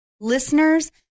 listeners